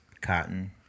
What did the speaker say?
Cotton